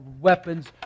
weapons